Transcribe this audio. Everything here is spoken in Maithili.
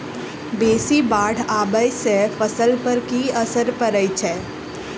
बेसी बाढ़ आबै सँ फसल पर की असर परै छै?